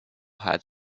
had